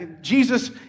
Jesus